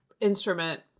instrument